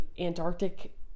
Antarctic